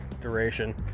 duration